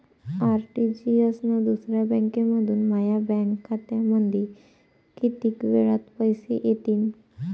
RTGS न दुसऱ्या बँकेमंधून माया बँक खात्यामंधी कितीक वेळातं पैसे येतीनं?